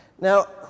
Now